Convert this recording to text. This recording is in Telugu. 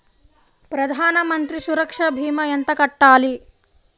ప్రధాన మంత్రి సురక్ష భీమా ఎంత కట్టాలి?